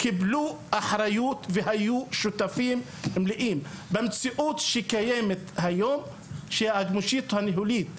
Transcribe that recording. קיבלו אחריות והיו שותפים מלאים במציאות שקיימת היום מקדמת